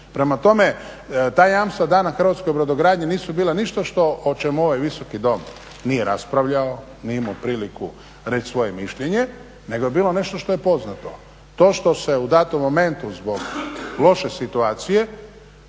Prema tome, ta jamstva dana hrvatskoj brodogradnji nisu bila ništa o čemu ovaj Visoki dom nije raspravljao, nije imao priliku reći svoje mišljenje nego je bilo nešto je poznato. To što se u datom momentu zbog loše situacije